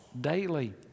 daily